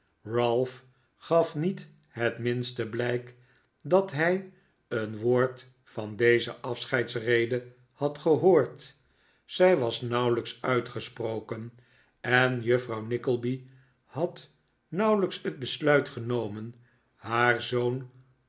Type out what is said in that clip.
ralph gaf niet het minste blijk dat hij een woord van deze afscheidsrede had gehoord zij was nauwelijks uitgesproken en juffrouw nickleby had nauwelijks het besluit genomen haar zoon